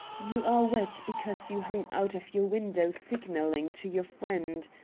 you are wet because you hung out of your window signalling to your friend.